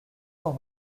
cent